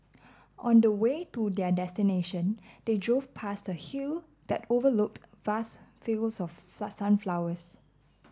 on the way to their destination they drove past a hill that overlooked vast fields of flood sunflowers